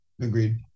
Agreed